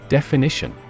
Definition